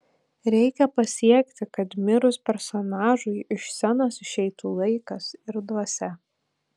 reikia pasiekti kad mirus personažui iš scenos išeitų laikas ir dvasia